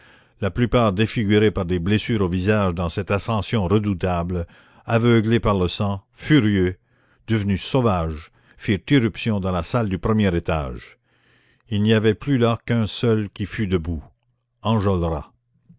la plupart défigurés par des blessures au visage dans cette ascension redoutable aveuglés par le sang furieux devenus sauvages firent irruption dans la salle du premier étage il n'y avait plus là qu'un seul qui fût debout